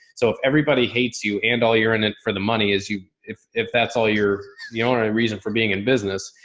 so if everybody hates you and all you're in it for the money is you. if, if that's all you're the only reason for being in business,